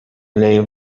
name